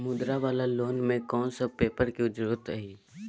मुद्रा वाला लोन म कोन सब पेपर के जरूरत इ?